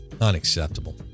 Unacceptable